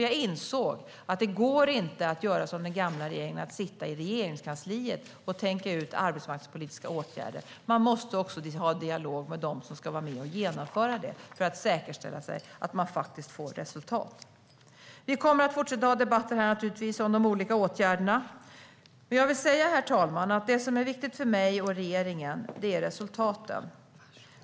Jag insåg att det inte går att göra som den gamla regeringen och sitta i Regeringskansliet och tänka ut arbetsmarknadspolitiska åtgärder. Man måste också ha en dialog med dem ska vara med och genomföra det för att säkerställa att man får resultat. Vi kommer att fortsätta att ha debatter här om de olika åtgärderna. Herr talman! Det som är viktigt för mig och regeringen är resultaten.